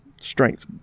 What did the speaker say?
strength